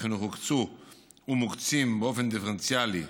החינוך הוקצו ומוקצים באופן דיפרנציאלי,